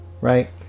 right